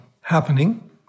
happening